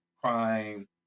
crime